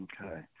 Okay